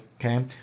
Okay